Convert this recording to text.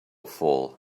fall